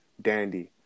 dandy